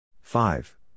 five